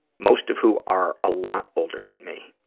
most of who are a lot older than me.